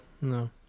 no